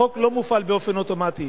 החוק לא מופעל באופן אוטומטי,